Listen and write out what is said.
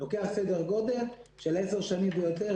לוקח סדר גודל של עשר שנים ויותר,